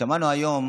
שמענו היום